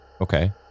Okay